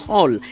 Hall